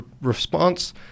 response